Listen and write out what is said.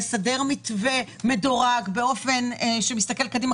לסדר מתווה מדורג באופן שמסתכל קדימה,